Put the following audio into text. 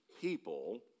people